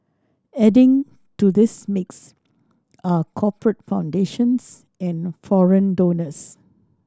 adding to this mix are corporate foundations and foreign donors